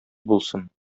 булсын